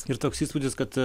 ir toks įspūdis kad